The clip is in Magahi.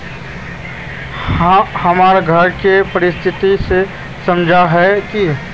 हमर घर के परिस्थिति के समझता है की?